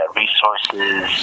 resources